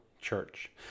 church